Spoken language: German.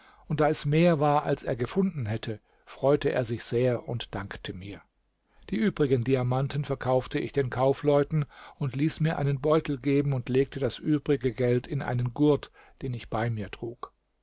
und da es mehr war als er gefunden hätte freute er sich sehr und dankte mir die übrigen diamanten verkaufte ich den kaufleuten und ließ mir einen beutel geben und legte das übrige geld in einen gurt den ich bei mir trug